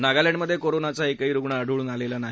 नागालँडमध्ये कोरोनाचा एकही रुग्णआढळून आलेला नाही